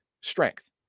strength